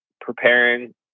preparing